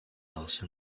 else